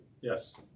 Yes